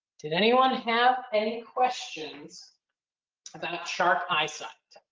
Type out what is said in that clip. did anyone have any questions about shark eyesight?